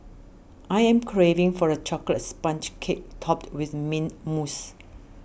I am craving for a Chocolate Sponge Cake Topped with Mint Mousse